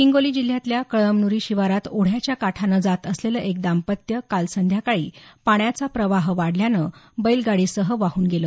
हिंगोली जिल्ह्यातल्या कळमन्री शिवारात ओढ्याच्या काठानं जात असलेलं एक दांपत्य काल संध्याकाळी पाण्याचा प्रवाह वाढल्यानं बैलगाडीसह वाहून गेलं